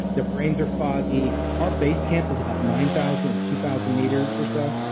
their brains are foggy. our basecamp is about nine thousand or two thousand meters or so,